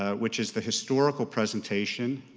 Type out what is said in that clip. ah which is the historical presentation